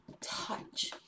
touch